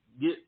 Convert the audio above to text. get